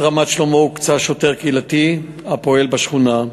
לשכונת רמת-שלמה הוקצה שוטר קהילתי הפועל בשכונה.